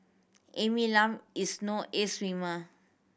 Amy Lam is no ace swimmer